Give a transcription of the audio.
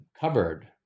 covered